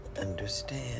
understand